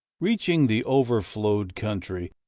reaching the overflowed country,